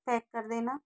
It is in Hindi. पैक कर देना